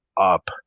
up